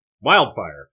wildfire